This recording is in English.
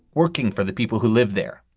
working for the people who live there.